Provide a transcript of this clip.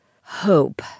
hope